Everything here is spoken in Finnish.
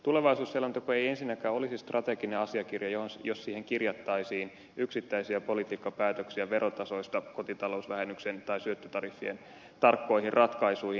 tulevaisuusselonteko ei ensinnäkään olisi strateginen asiakirja jos siihen kirjattaisiin yksittäisiä politiikkapäätöksiä verotasoista kotitalousvähennykseen tai syöttötariffien tarkkoihin ratkaisuihin